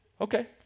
okay